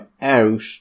out